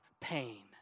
pain